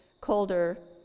colder